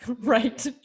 Right